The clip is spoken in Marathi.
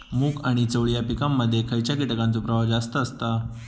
मूग आणि चवळी या पिकांमध्ये खैयच्या कीटकांचो प्रभाव जास्त असता?